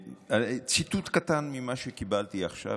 ציטוט קטן ממה שקיבלתי עכשיו,